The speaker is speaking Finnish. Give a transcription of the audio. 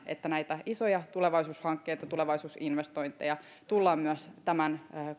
että näitä isoja tulevaisuushankkeita tulevaisuusinvestointeja tullaan myös tämän